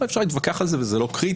אבל אפשר להתווכח על זה וזה לא קריטי.